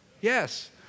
yes